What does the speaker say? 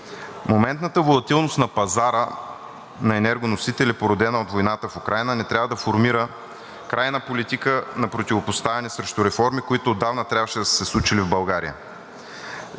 Моментната валотилност на пазара на енергоносители, породена от войната в Украйна, не трябва да формира крайна политика на противопоставяне срещу реформи, които отдавна трябваше да са се случили в България.